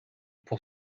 pour